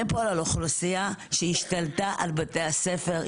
פה על אוכלוסייה שהשתלטה על בתי הספר,